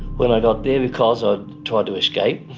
when i got there, because i'd tried to escape,